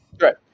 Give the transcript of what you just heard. right